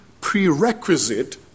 prerequisite